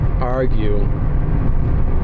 argue